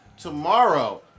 tomorrow